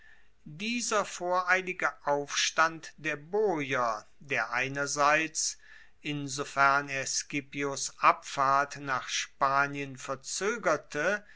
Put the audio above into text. dieser voreilige aufstand der boier der einerseits insofern er scipios abfahrt nach spanien verzoegerte